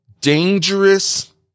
dangerous